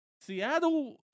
Seattle